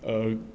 um